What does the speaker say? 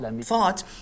thought